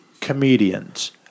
comedians